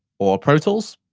or pro tools,